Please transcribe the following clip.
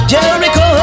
Jericho